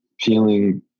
feeling